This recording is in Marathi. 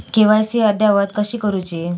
के.वाय.सी अद्ययावत कशी करुची?